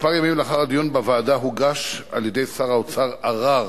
כמה ימים לאחר הדיון בוועדה הוגש על-ידי שר האוצר ערר